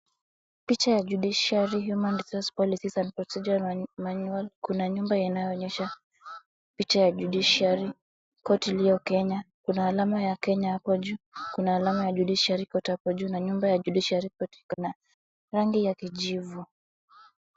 Picha ya Judiciary Human Resource Policies and Procedure Manual . Kuna nyumba inayoonyesha picha ya Judiciary , korti iliyo Kenya. Kuna alama ya Kenya hapo juu. Kuna alama ya Judiciary Court hapo juu na nyumba ya Judiciary Court iko na rangi ya kijivu.